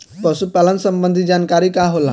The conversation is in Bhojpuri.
पशु पालन संबंधी जानकारी का होला?